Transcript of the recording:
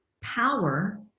power